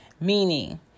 Meaning